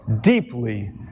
deeply